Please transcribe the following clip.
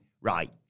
right